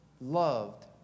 loved